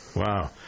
Wow